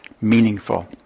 meaningful